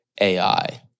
AI